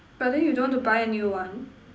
but then you don't want to buy a new one